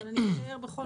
אבל אני אשאר בכל זאת,